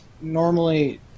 normally